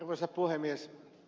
arvoisa puhemies